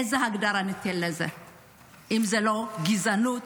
איזו הגדרה ניתן לזה אם זאת לא גזענות,